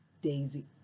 Daisy